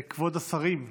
כבוד השרים.